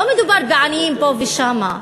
לא מדובר בעניים פה ושם,